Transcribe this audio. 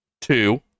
two